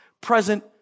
present